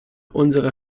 unserer